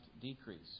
decrease